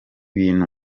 bintu